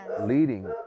leading